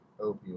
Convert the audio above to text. opioids